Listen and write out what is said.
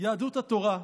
יהדות התורה,